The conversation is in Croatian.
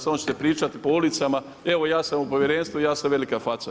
Samo će se pričati po ulicama, evo ja sam u povjerenstvu, ja sam velika faca.